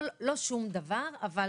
לא שום דבר, אבל